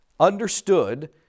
understood